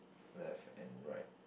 left and right